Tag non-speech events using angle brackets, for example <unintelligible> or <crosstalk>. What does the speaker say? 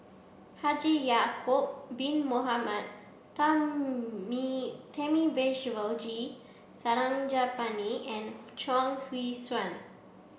Haji Ya'acob Bin Mohamed <unintelligible> Thamizhavel G Sarangapani and Chuang Hui Tsuan